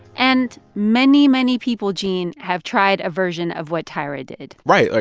and many, many people, gene, have tried a version of what tyra did right. like,